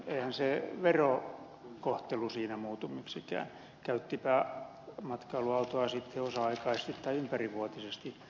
eihän se verokohtelu siinä muutu miksikään käyttipä matkailuautoa sitten osa aikaisesti tai ympärivuotisesti